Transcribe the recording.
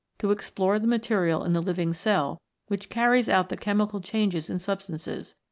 to explore the material in the living cell which carries out the chemical changes in sub stances,